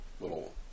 little